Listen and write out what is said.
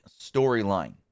storyline